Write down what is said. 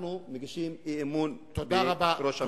אנחנו מגישים אי-אמון בראש הממשלה.